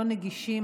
לא נגישים,